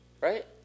Right